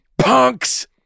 punks